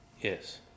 Yes